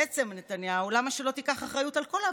בעצם, נתניהו, למה שלא תיקח אחריות על כל ההבטחות?